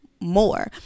more